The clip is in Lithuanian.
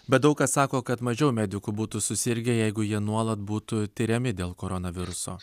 bet daug kas sako kad mažiau medikų būtų susirgę jeigu jie nuolat būtų tiriami dėl koronaviruso